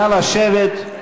נא לשבת.